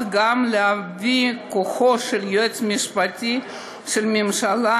גם לבא-כוחו של היועץ המשפטי לממשלה